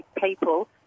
people